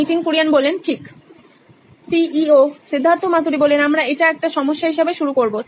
Nitin Kurian C O O নইন electronics ঠিক Siddharth Maturi C E O নইন ইলেকট্রনিক্স আমরা এটা একটা সমস্যা হিসেবে শুরু করবো